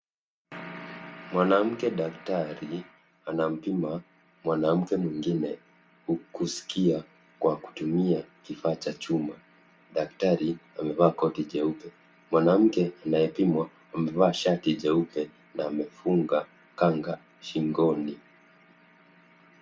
Mwanamke daktari anmpima mwanamke mwingine kuskia kwa kutumia kifaa cha chuma. Daktari amevaa koti jeupe. Mwanamke anayepimwa amevaa shati jeupe na amefunga kanga shingoni.